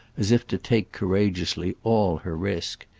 as if to take courageously all her risk.